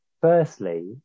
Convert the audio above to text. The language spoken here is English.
firstly